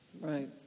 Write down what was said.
right